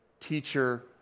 teacher